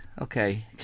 Okay